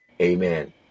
Amen